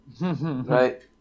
Right